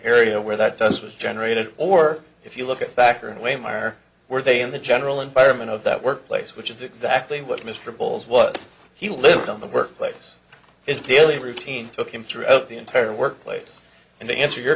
area where that does was generated or if you look at factor and weigh my or were they in the general environment of that workplace which is exactly what mr bowles was he lived on the workplace his daily routine took him throughout the entire workplace and they answer your